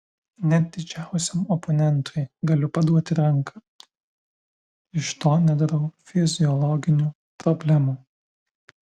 net didžiausiam oponentui galiu paduoti ranką iš to nedarau fiziologinių problemų